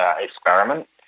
experiment